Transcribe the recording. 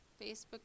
Facebook